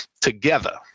together